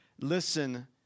listen